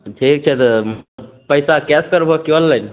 ठीक छै तऽ पैसा कैस करबहो की ऑनलाइन